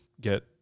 get